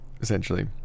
essentially